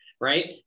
right